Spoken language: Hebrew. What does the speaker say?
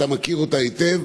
אתה מכיר אותה היטב,